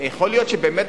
יכול להיות שבאמת,